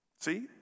See